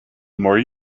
more